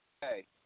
Hey